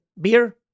beer